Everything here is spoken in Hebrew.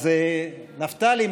אז נפתלי,